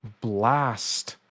blast